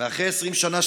ואחרי 20 שנה,